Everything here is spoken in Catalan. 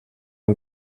amb